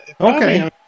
Okay